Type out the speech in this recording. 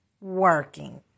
working